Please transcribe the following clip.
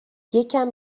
یکم